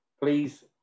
please